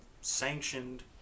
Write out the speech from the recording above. sanctioned